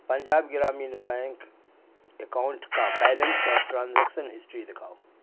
Punjab Grameen bank account کا balance اور transaction history دکھاؤ